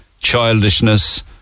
childishness